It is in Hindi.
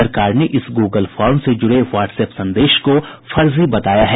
सरकार ने इस गूगल फॉर्म से जुड़े व्हाट्स एप संदेश को फर्जी बताया है